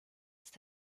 ist